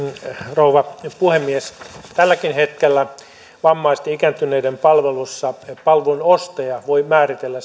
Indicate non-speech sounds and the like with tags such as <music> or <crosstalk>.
rouva puhemies tälläkin hetkellä vammaisten ikääntyneiden palveluissa palvelun ostaja voi määritellä <unintelligible>